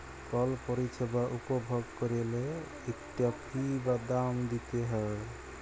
call পরিছেবা উপভগ ক্যইরলে ইকটা ফি বা দাম দিইতে হ্যয়